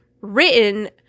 written